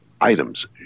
items